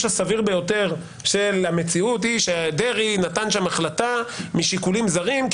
הסביר ביותר של המציאות היא שדרעי נתן שם החלטה משיקולים זרים,